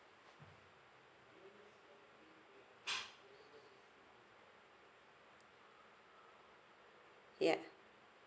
yeah